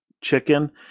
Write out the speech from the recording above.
chicken